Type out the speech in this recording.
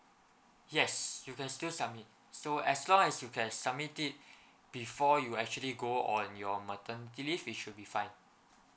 yes you can still submit so as long as you can submit it before you actually go on your maternity leave it should be fine